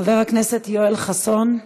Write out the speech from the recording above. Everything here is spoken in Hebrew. חבר הכנסת יואל חסון,